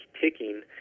ticking